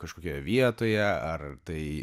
kažkokioje vietoje ar tai